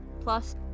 Plus